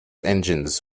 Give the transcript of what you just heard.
engines